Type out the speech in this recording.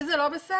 וזה לא בסדר.